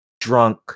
drunk